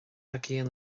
aigéan